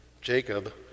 Jacob